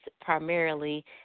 primarily